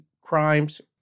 crimes